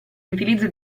riutilizzo